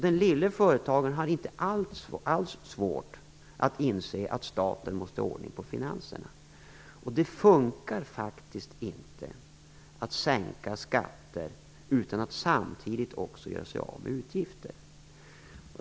Den lille företagaren har alltså inte alls svårt att inse att staten måste ha ordning på finanserna. Det fungerar faktiskt inte att sänka skatter utan att samtidigt också göra sig av med utgifter.